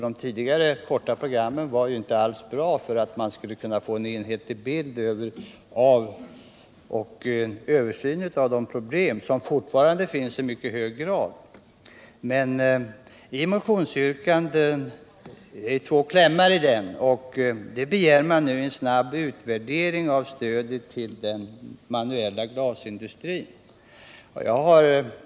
De tidigare korta programmen var inte tillräckliga för att man skulle få en enhetlig bild och en översyn av de problem som fortfarande finns i mycket hög grad. I motionen begär man nu en snabb utvärdering av stödet till den manuella glasindustrin.